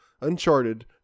Uncharted